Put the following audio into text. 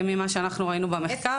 ממה שאנחנו ראינו במחקר.